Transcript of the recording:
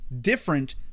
different